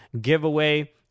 giveaway